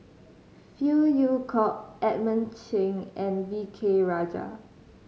Phey Yew Kok Edmund Cheng and V K Rajah